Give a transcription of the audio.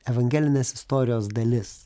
evangelinės istorijos dalis